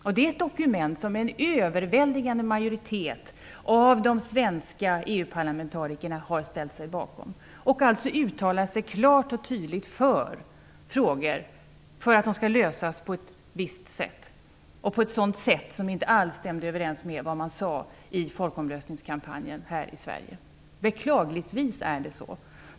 Det är ett dokument som en överväldigande majoritet av de svenska EU parlamentarikerna har ställt sig bakom. De har alltså klart och tydligt uttalat sig för att frågor skall lösas på ett visst sätt och på ett sådant sätt som inte alls stämmer överens med vad man sade i folkomröstningskampanjen här i Sverige. Beklagligtvis är det så.